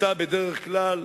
היתה בדרך כלל